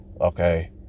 okay